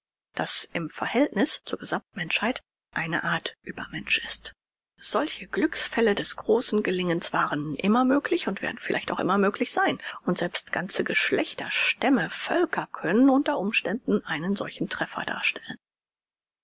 das im verhältnis zur gesammt menschheit eine art übermensch ist solche glücksfälle des großen gelingens waren immer möglich und werden vielleicht immer möglich sein und selbst ganze geschlechter stämme völker können unter umständen einen solchen treffer darstellen